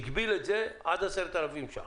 הגבילו את זה עד 10,000 ש"ח.